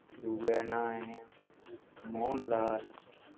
दुए दा नांऽ ऐ मोह्नलाल